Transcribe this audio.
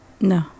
No